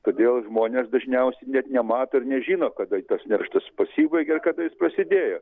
todėl žmonės dažniausiai net nemato ir nežino kada tas nerštas pasibaigia ir kada jis prasidėjo